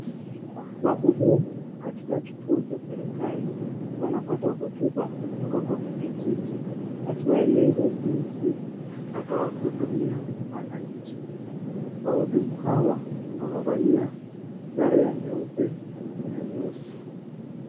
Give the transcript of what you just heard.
Wahudumu katika kituo cha serikali wanapata hotuba kutoka kwa mwenye kiti akiwaeleza jinsi atawahudumia wananchi. Wahudumu hawa wamevalia sare nyeupe na nyeusi.